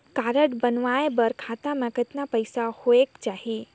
Card बनवाय बर खाता मे कतना पईसा होएक चाही?